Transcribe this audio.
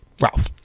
ralph